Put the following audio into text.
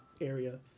area